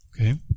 okay